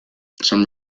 some